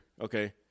Okay